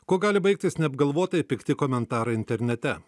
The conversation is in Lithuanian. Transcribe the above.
kuo gali baigtis neapgalvotai pikti komentarai internete